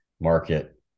market